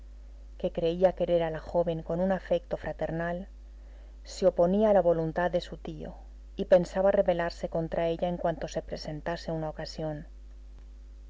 que creía querer a la joven con un afecto fraternal se oponía a la voluntad de su tío y pensaba rebelarse contra ella en cuanto se presentase una ocasión